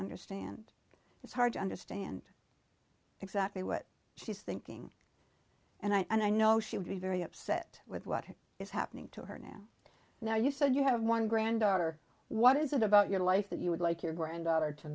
understand it's hard to understand exactly what she's thinking and i know she would be very upset with what is happening to her now now you said you have one granddaughter what is it about your life that you would like your granddaughter to